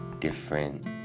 different